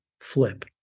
flip